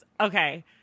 Okay